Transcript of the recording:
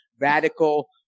radical